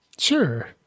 sure